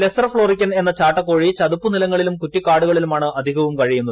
lesser florican എന്നു ചാട്ടക്കോഴി ചതുപ്പ് നിലങ്ങളിലും കുറ്റിക്കാടുകളിലുമാണ് അധികം കഴിയുന്നത്